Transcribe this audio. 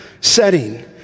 setting